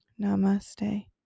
Namaste